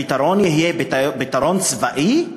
הפתרון יהיה פתרון צבאי?